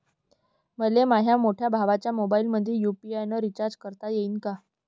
मले माह्या मोठ्या भावाच्या मोबाईलमंदी यू.पी.आय न रिचार्ज करता येईन का?